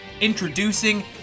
Introducing